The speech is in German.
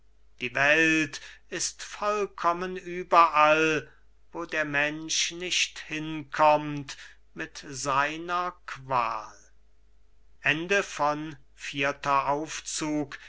die welt ist vollkommen überall wo der mensch nicht hinkommt mit seiner qual